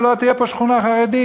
שלא תהיה פה שכונה חרדית,